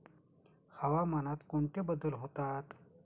हवामानात कोणते बदल होतात?